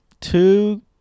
Two